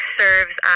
serves